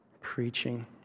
preaching